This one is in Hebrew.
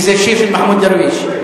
כי זה שיר של מחמוד דרוויש,